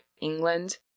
England